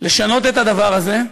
לשנות את הדבר הזה,